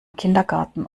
kindergarten